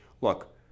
look